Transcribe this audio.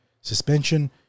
suspension